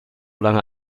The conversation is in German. lange